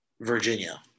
Virginia